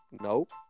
Nope